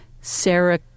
Sarah